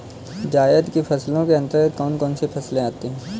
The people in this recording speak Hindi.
जायद की फसलों के अंतर्गत कौन कौन सी फसलें आती हैं?